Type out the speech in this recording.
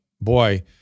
boy